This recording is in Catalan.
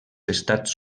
estats